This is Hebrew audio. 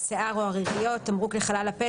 השיער או הריריות (Mucous Membranes); "תמרוק לחלל הפה"